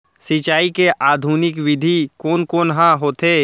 सिंचाई के आधुनिक विधि कोन कोन ह होथे?